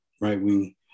right-wing